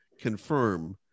confirm